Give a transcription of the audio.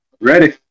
Ready